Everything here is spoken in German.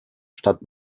statt